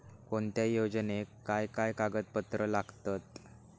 कोणत्याही योजनेक काय काय कागदपत्र लागतत?